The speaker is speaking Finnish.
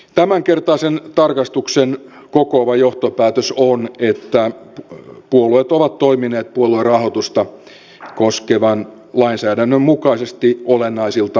tämänkertaisen tarkastuksen kokoava johtopäätös on että puolueet ovat toimineet puoluerahoitusta koskevan lainsäädännön mukaisesti olennaisilta osiltaan